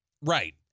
Right